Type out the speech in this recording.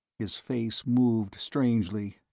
his face moved strangely.